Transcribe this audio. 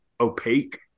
opaque